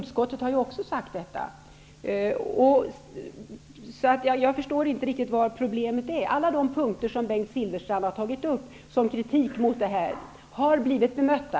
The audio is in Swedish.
Detta har också sagts av utskottet. Jag förstår därför inte riktigt var problemet ligger. Alla de punkter som Bengt Silfverstrand har tagit upp i sin kritik av reformen har blivt bemötta.